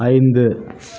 ஐந்து